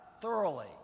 thoroughly